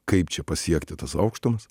kaip čia pasiekti tas aukštumas